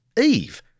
Eve